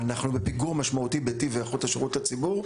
אנחנו בפיגור משמעותי בטיב ואיכות השירות לציבור.